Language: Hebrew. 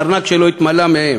הארנק שלו התמלא מהם.